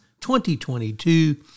2022